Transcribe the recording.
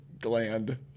gland